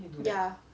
ya